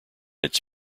its